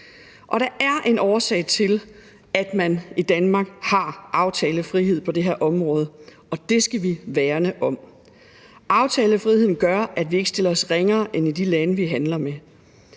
Der er en årsag til, at man i Danmark har aftalefrihed på det her område, og det skal vi værne om. Aftalefriheden gør, at vi ikke stiller os ringere, end man står i de lande, vi handler med.